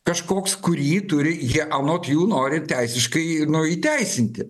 kažkoks kurį turi jie anot jų nori teisiškai nu įteisinti